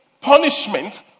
punishment